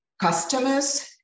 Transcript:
customers